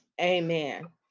amen